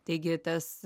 taigi tas